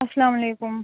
اَلسَّلامُ علیکم